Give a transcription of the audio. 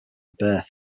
birth